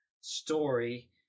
story